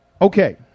Okay